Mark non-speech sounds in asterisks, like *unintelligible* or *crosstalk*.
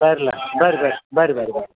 *unintelligible* ಬನ್ರಿ ಬನ್ರಿ ಬನ್ರಿ ಬನ್ರಿ ಬನ್ರಿ